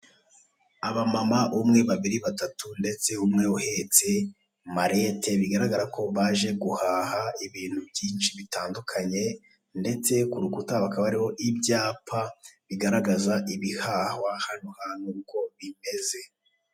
Abamama umwe, babiri, batatu ndetse umwe uhetse marete bigaragara ko baje guhaha ibintu byinshi bitandukanye ndetse ku rukuta hakaba hariho ibyapa bigaragaza ibihahwa hano hantu uko bimeze uko bimeze.